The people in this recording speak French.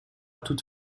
toute